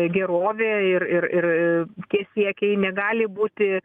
gerovė ir ir ir tie siekiai negali būti